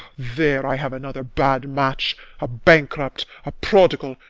there i have another bad match a bankrupt, a prodigal,